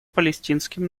палестинским